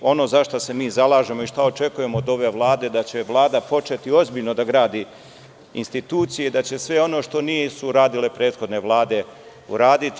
Ono za šta se mi zalažemo i šta očekujemo od ove Vlade, jeste da će Vlada početi ozbiljno da gradi institucije, da će sve ono što nisu uradile prethodne vlade uraditi.